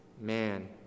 man